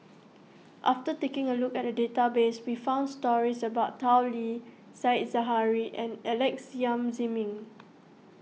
after taking a look at the database we found stories about Tao Li Said Zahari and Alex Yam Ziming